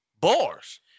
Bars